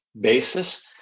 basis